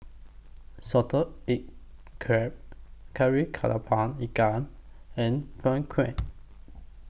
Salted Egg Crab Kari Kepala Ikan and Png Kueh